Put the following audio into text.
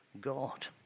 God